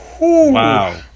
Wow